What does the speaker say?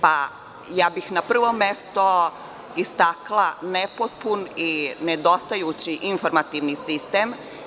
Pa, na prvom mestu bih istakla nepotpun i nedostajući informativni sistem.